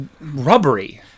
rubbery